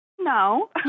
No